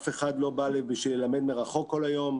אף אחד לא בא בשביל ללמד מרחוק כל היום.